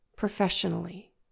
professionally